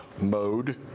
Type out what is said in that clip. mode